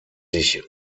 sich